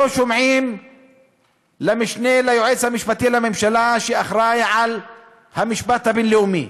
לא שומעים למשנה ליועץ המשפטי לממשלה שאחראי למשפט הבין-לאומי,